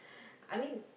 I mean